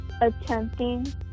attempting